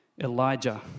Elijah